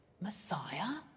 messiah